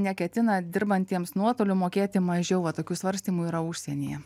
neketina dirbantiems nuotoliu mokėti mažiau va tokių svarstymų yra užsienyje